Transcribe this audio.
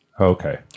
Okay